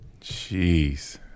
Jeez